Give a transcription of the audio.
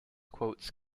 quotes